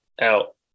out